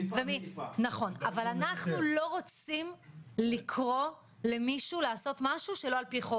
אבל אנחנו לא רוצים לקרוא למישהו לעשות משהו שלא על פי חוק,